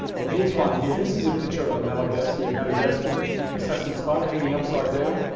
and here's one here. this is a picture of a malagacea, a madagascan assassin spider, hanging upside down.